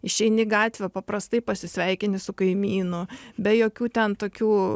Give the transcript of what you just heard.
išeini gatvę paprastai pasisveikini su kaimynu be jokių ten tokių